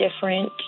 different